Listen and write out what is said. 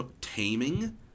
taming